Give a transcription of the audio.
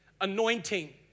anointing